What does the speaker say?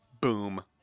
boom